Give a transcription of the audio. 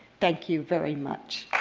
thank you very much.